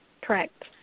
Correct